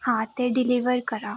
हां ते डिलिवर करा